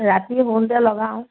ৰাতি শোওঁতে লগাওঁ